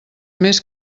més